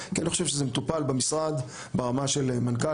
כי אני לא חושב שזה מטופל במשרד ברמה של מנכ"ל